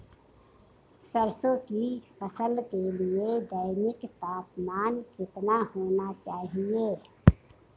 सरसों की फसल के लिए दैनिक तापमान कितना होना चाहिए?